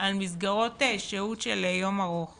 על מסגרות שהות של יום ארוך